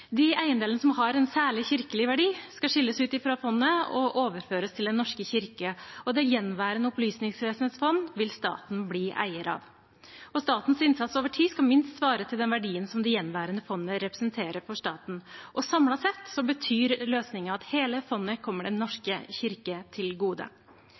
De eiendelene som har en særlig kirkelig verdi, skal skilles ut fra fondet og overføres til Den norske kirke, og det gjenværende Opplysningsvesenets fond vil staten bli eier av. Statens innsats over tid skal minst svare til den verdien som det gjenværende fondet representerer for staten. Samlet sett betyr løsningen at hele fondet kommer Den norske kirke til gode.